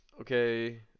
Okay